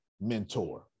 mentor